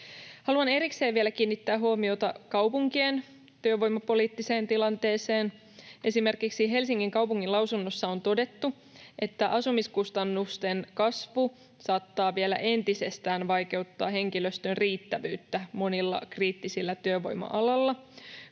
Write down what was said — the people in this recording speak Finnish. Haluan erikseen vielä kiinnittää huomiota kaupunkien työvoimapoliittiseen tilanteeseen. Esimerkiksi Helsingin kaupungin lausunnossa on todettu, että asumiskustannusten kasvu saattaa vielä entisestään vaikeuttaa henkilöstön riittävyyttä monilla kriittisillä työvoima-aloilla,